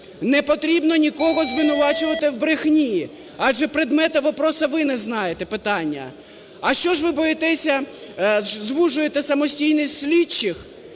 Не потрібно нікого звинувачувати в брехні, адже предмета вопроса ви не знаєте, питання. А що ж ви боїтеся, звужуєте самостійність слідчих